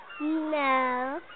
No